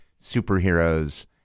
superheroes